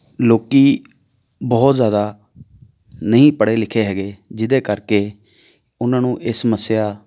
ਲੋਕ ਬਹੁਤ ਜ਼ਿਆਦਾ ਨਹੀਂ ਪੜ੍ਹੇ ਲਿਖੇ ਹੈਗੇ ਜਿਹਦੇ ਕਰਕੇ ਉਹਨਾਂ ਨੂੰ ਇਹ ਸਮੱਸਿਆ